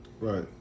Right